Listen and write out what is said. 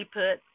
put